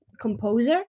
composer